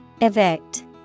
Evict